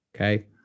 Okay